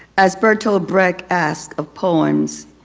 as bertolt brecht asked of poems,